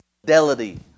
fidelity